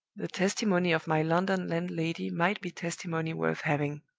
the testimony of my london landlady might be testimony worth having.